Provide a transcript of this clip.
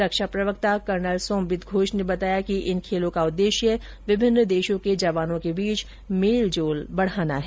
रक्षा प्रवक्ता कर्नल सोम्बित घोष ने बताया कि इन खेलों का उद्देश्य विभिन्न देशों के जवानों के बीच मेलजोल बढाना है